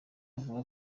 avuga